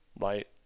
right